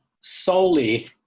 solely